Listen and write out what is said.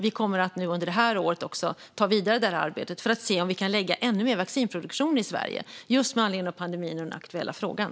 Vi kommer under det här året att ta vidare det arbetet för att se om vi kan lägga ännu mer vaccinproduktion i Sverige med anledning av pandemin och den aktuella frågan.